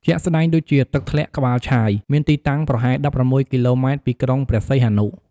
ជាក់ស្ដែងដូចជា ទឹកធ្លាក់ក្បាលឆាយ មានទីតាំងប្រហែល ១៦ គីឡូម៉ែត្រពីក្រុងព្រះសីហនុ។